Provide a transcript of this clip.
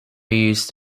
used